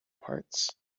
parts